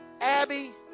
Abby